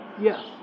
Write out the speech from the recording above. Yes